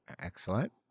Excellent